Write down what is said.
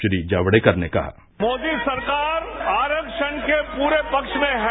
श्री जावड़ेकर ने कहा मोदी सरकार आरक्षण के पूरे पक्ष में है